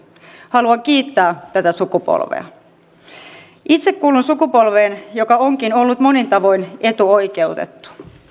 haluan kiittää tätä sukupolvea itse kuulun sukupolveen joka onkin ollut monin tavoin etuoikeutettu